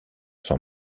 s’en